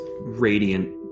radiant